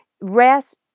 rest